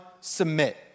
submit